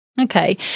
Okay